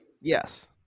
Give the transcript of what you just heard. yes